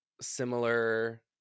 similar